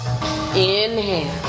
inhale